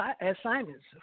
assignments